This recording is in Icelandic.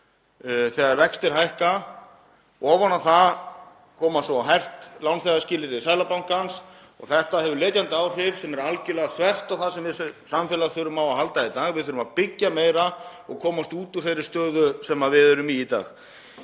þegar vextir hækka. Ofan á það koma svo hert lánþegaskilyrði Seðlabankans og þetta hefur letjandi áhrif sem er algjörlega þvert á það sem við sem samfélag þurfum á að halda í dag. Við þurfum að byggja meira og komast út úr þeirri stöðu sem við erum í í dag.